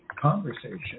conversation